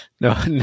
No